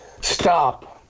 stop